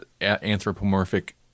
anthropomorphic